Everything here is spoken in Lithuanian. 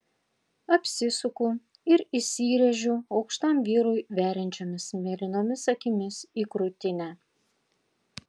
apsisuku ir įsirėžiu aukštam vyrui veriančiomis mėlynomis akimis į krūtinę